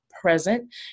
present